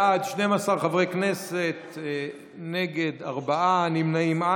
בעד, 12, נגד, ארבעה, אין נמנעים.